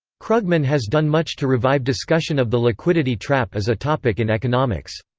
krugman has done much to revive discussion of the liquidity trap as a topic in economics.